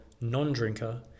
non-drinker